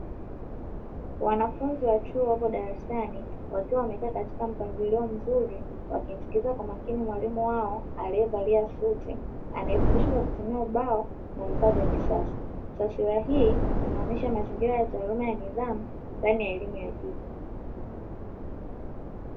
Wanafunzi wa chuo wapo darasani wakiwa wamekaa katika mpangilio mzuri wakimsikiliza mwalimu wao, alievalia suti anaewafundisha kwakutumia ubao na vifaa vya kisasa. Taswira hii inaonyesha mazingira ya taaluma ya nidhamu katika elimu ya juu.